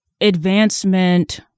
advancement